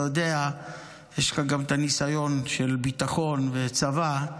אתה יודע, יש לך גם ניסיון בביטחון ובצבא,